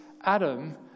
Adam